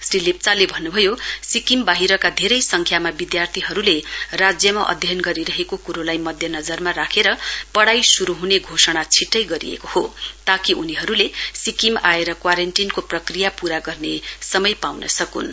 श्री लेप्चाले भन्नुभयो सिक्किम बाहिरका धेरै सङ्ख्यामा विद्यार्थीहरूले राज्यमा अध्ययन गरिरहेको कुरोलाई मध्यानमा पढाई शुरू हुने घोषणा छिट्टै गरिएको हो ताकि उनीहरूले सिक्किम आएर क्वारेन्टीनको प्रक्रिया पूरा गर्ने समय पाउन सकुन्